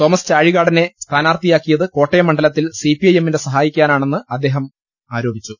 തോമസ്ചാഴികാ ടനെ സ്ഥാനാർത്ഥിയാക്കിയത് കോട്ടയും ്മണ്ഡലത്തിൽ സിപിഐ എമ്മിനെ സഹായിക്കാനാണെന്ന് അദ്ദേഹം ആരോപിച്ചു